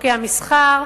וחוקי המסחר,